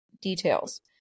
details